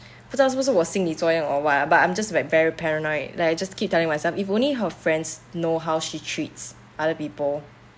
不知道是不是我心理作用 or what ah but I'm just like very paranoid like I just keep telling myself if only her friends know how she treats other people